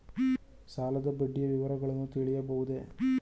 ಸಾಲದ ಬಡ್ಡಿಯ ವಿವರಗಳನ್ನು ತಿಳಿಯಬಹುದೇ?